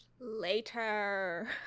Later